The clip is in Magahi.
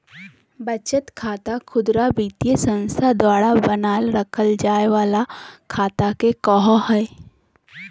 बचत खाता खुदरा वित्तीय संस्था द्वारा बनाल रखय जाय वला खाता के कहो हइ